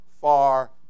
far